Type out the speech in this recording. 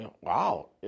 wow